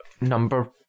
Number